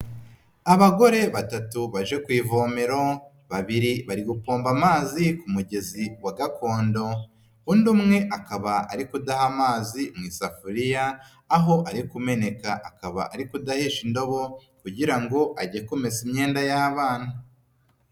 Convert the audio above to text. Abagore batatu baje ku ivomero, babiri bari gupomba amazi ku mugezi wa gakondo, undi umwe akaba ari kudaha amazi mu isafuriya, aho ari kumeneka akaba ari kudahisha indobo kugira ngo ajye kumesa imyenda y'abana.